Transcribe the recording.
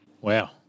Wow